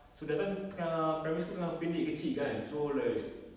so that time tengah primary school tengah pendek kecil kan so like